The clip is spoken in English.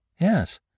Yes